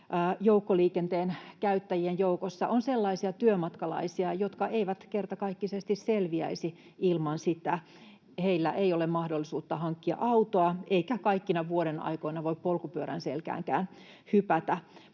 joukkoliikenteen käyttäjien joukossa on sellaisia työmatkalaisia, jotka eivät kertakaikkisesti selviäisi ilman sitä; heillä ei ole mahdollisuutta hankkia autoa eikä kaikkina vuodenaikoina voi polkupyörän selkäänkään hypätä.